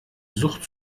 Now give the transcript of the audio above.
sucht